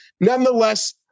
Nonetheless